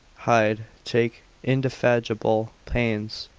ride, take indefatigable pains,